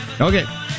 Okay